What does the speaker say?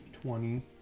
Twenty